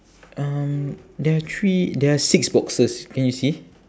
um there are three there are six boxes can you see